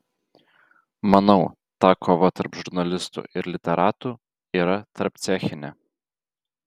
manau ta kova tarp žurnalistų ir literatų yra tarpcechinė